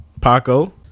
Paco